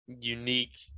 unique